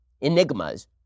enigmas